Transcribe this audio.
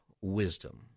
wisdom